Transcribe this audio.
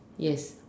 yes